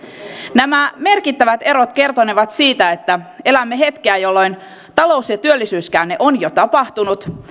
nämä merkittävät erot kertonevat siitä että elämme hetkeä jolloin talous ja työllisyyskäänne on jo tapahtunut